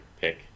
pick